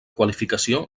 qualificació